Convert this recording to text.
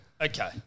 Okay